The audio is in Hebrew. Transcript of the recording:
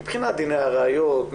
מבחינת דיני הראיות,